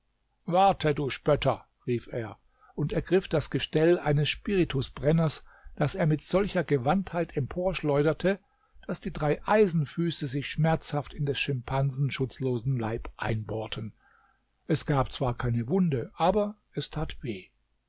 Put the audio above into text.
warte du spötter rief er und ergriff das gestell eines spiritusbrenners daß er mit solcher gewandtheit emporschleuderte daß die drei eisenfüße sich schmerzhaft in des schimpansen schutzlosen leib einbohrten es gab zwar keine wunde aber es tat weh